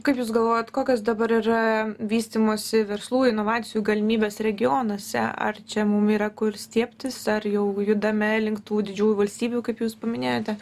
kaip jūs galvojat kokios dabar yra vystymosi verslų inovacijų galimybės regionuose ar čia mum yra kur stiebtis ar jau judame link tų didžiųjų valstybių kaip jūs paminėjote